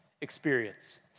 experience